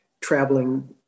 traveling